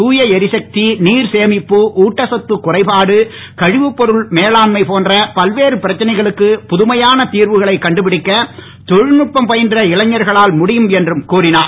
தூய எரிசக்தி நீர் சேமிப்பு ஊட்டசத்து குறைபாடு கழிவுப்பொருள் மேலாண்மை போன்ற பல்வேறு பிரச்சனைகளுக்கு புதுமையான திர்வுகளைக் கண்டுபிடிக்க தொழில்நுட்பம் பயின்ற இளைஞர்களால் முடியும் என்றும் கூறினார்